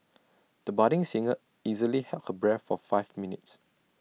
the budding singer easily held her breath for five minutes